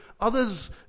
others